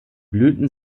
blüten